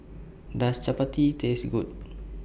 Does Chappati Taste Good